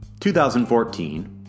2014